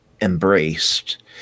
embraced